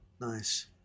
Nice